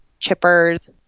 chippers